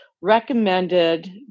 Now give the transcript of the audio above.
recommended